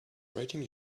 writing